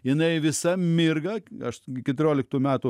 jinai visa mirga aš gi keturioliktų metų